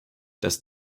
dass